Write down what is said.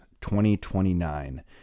2029